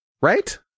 right